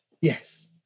Yes